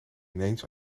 ineens